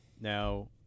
Now